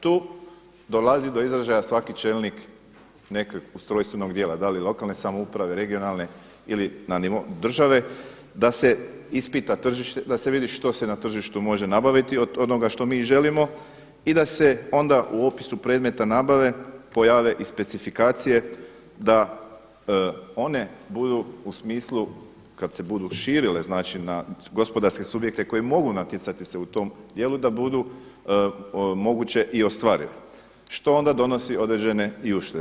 Tu dolazi do izražaja svaki čelnik nekog ustrojstvenog dijela, da li lokalne samouprave, regionalne ili na nivou države da se ispita tržište, da se vidi što se na tržištu može nabaviti od onoga što mi želimo i da se onda u opisu predmeta nabave pojave i specifikacije da one budu u smislu kada se budu širile na gospodarske subjekte koji mogu natjecati se u tom dijelu da budu moguće i ostvarive, što onda donosi i određene uštede.